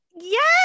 Yes